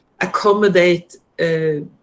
accommodate